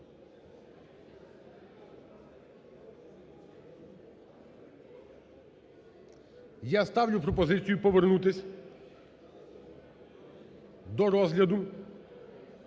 Я ставлю пропозицію повернутись до розгляду